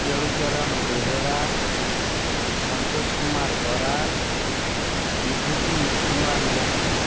Kelucharan Behera Santosh Kumar Baral Bibhuti Kumar Lenka